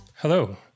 Hello